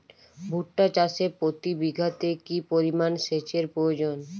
ভুট্টা চাষে প্রতি বিঘাতে কি পরিমান সেচের প্রয়োজন?